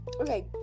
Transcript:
Okay